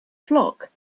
flock